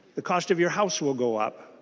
the cost of your house will go up.